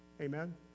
Amen